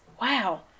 wow